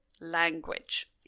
language